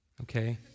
okay